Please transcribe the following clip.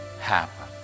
happen